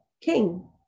king